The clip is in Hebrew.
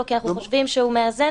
כי אנחנו חושבים שהוא מאזן.